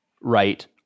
right